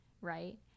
right